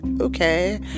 Okay